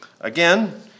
Again